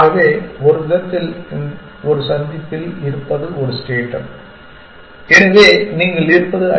ஆகவே ஒருவிதத்தில் ஒரு சந்திப்பில் இருப்பது ஒரு ஸ்டேட் எனவே நீங்கள் இருப்பது ஐ